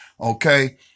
okay